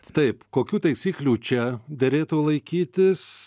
taip kokių taisyklių čia derėtų laikytis